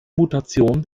mutation